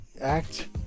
Act